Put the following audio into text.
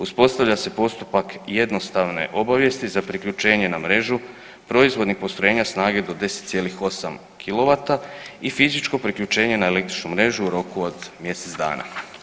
Uspostavlja se postupak jednostavne obavijesti za priključenje na mrežu, proizvodnih postrojenja snage do 10,8 kW i fizičko priključenje na električnu mrežu u roku od mjesec dana.